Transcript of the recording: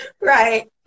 Right